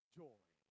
joy